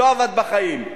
לא עבד בחיים.